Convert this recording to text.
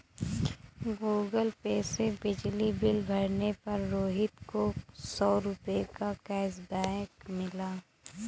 Google Pay से बिजली bill भरने पर रोहित को सौ रूपए का कैशबैक मिला